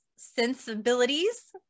sensibilities